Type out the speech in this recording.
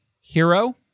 hero